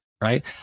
right